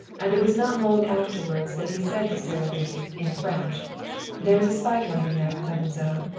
and it was not long afterward that he said to sara lee, in french there is a spider on your neck, mademoiselle.